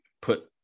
put